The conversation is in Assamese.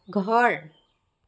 ঘৰ